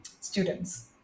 students